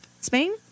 Spain